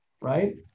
right